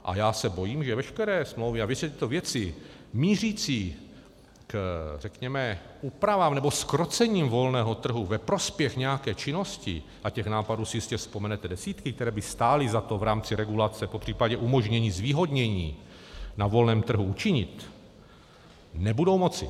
A já se bojím, že veškeré smlouvy a tyto věci mířící k řekněme úpravám nebo zkrocení volného trhu ve prospěch nějaké činnosti, a těch nápadů si jistě vzpomenete desítky, které by stály za to v rámci regulace popřípadě umožnění zvýhodnění na volném trhu učinit, nebudou moci.